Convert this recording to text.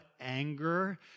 anger